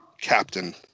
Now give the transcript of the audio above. captain